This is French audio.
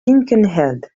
linkenheld